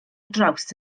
draws